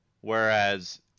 Whereas